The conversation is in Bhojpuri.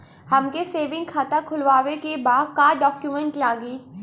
हमके सेविंग खाता खोलवावे के बा का डॉक्यूमेंट लागी?